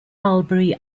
mulberry